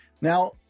Now